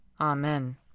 Amen